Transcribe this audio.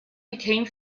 became